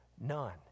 none